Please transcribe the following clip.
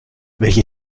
welche